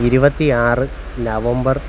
ഇരുപത്തിയാറ് നവംബർ